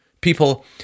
people